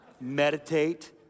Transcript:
Meditate